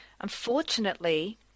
Unfortunately